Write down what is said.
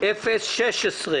19-035 אושרה.